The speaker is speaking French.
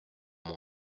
mon